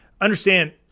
understand